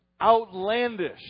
Outlandish